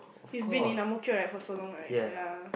you've been in Ang-Mo-Kio right for so long right yeah